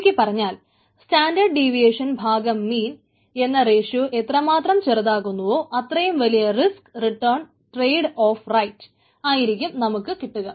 ചുരുക്കി പറഞ്ഞാൽ standard deviation ഭാഗം മീൻ എന്ന റേഷ്യോ എത്രമാത്രം ചെറുതാകുന്നോ അത്രയും വലിയ risk return trade off right ആയിരിക്കും നമുക്ക് കിട്ടുക